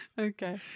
Okay